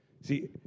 See